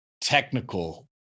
technical